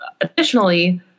additionally